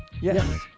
Yes